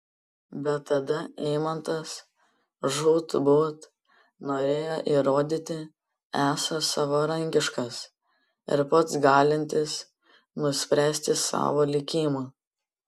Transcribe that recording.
bet tada eimantas žūtbūt norėjo įrodyti esąs savarankiškas ir pats galintis nuspręsti savo likimą